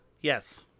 Yes